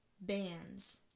bands